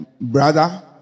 brother